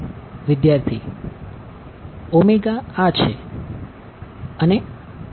વિદ્યાર્થી આ છે